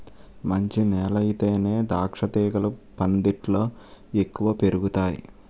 మంచి నేలయితేనే ద్రాక్షతీగలు పందిట్లో ఎక్కువ పెరుగతాయ్